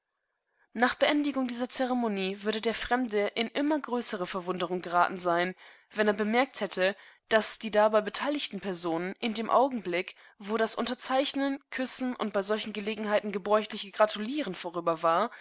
nach beendigung dieser zeremonie würde der fremde in immer größere verwunderunggeratensein wennerbemerkthätte daßdiedabeibeteiligtenpersonenin dem augenblick wo das unterzeichnen küssen und bei solchen gelegenheiten gebräuchliche gratulieren vorüber war